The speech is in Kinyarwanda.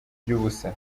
iby’ubusa